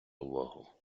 увагу